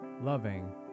loving